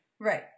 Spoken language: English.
Right